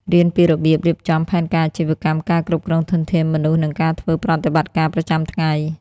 រៀនពីរបៀបរៀបចំផែនការអាជីវកម្ម ការគ្រប់គ្រងធនធានមនុស្ស និងការធ្វើប្រតិបត្តិការប្រចាំថ្ងៃ។